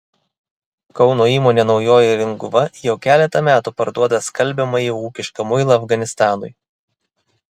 kauno įmonė naujoji ringuva jau keletą metų parduoda skalbiamąjį ūkišką muilą afganistanui